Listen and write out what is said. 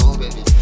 baby